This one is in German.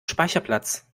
speicherplatz